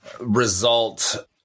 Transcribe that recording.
result